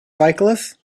cyclists